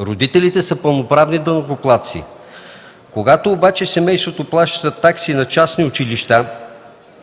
Родителите са пълноправни данъкоплатци. Когато обаче семейството плаща такси на частни училища,